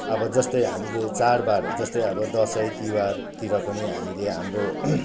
अब जस्तै हामीले चाडबाड जस्तै अब दसैँ तिहारतिर पनि हामीले हाम्रो